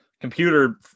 Computer